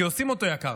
כי עושים אותו יקר,